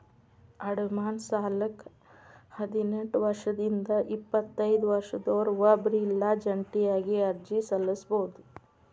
ಅಡಮಾನ ಸಾಲಕ್ಕ ಹದಿನೆಂಟ್ ವರ್ಷದಿಂದ ಎಪ್ಪತೈದ ವರ್ಷದೊರ ಒಬ್ರ ಇಲ್ಲಾ ಜಂಟಿಯಾಗಿ ಅರ್ಜಿ ಸಲ್ಲಸಬೋದು